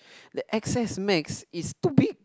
the x_s-max is too big